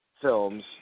films